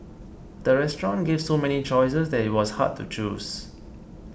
the restaurant gave so many choices that it was hard to choose